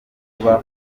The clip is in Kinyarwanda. kuba